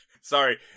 sorry